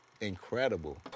incredible